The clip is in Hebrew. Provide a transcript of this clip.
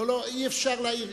לא, לא, אי-אפשר להעיר.